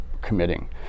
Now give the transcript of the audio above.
committing